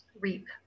reap